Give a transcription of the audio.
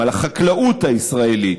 על החקלאות הישראלית.